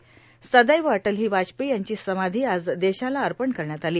सदैव अटल ही वाजपेयी यांची समाधी आज देशाला अर्पण करण्यात आली